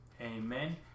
Amen